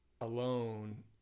alone